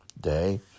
Day